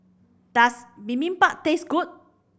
does Bibimbap taste good